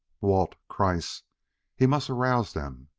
walt kreiss he must arouse them!